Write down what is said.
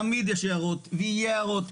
תמיד יש הערות ויהיו הערות.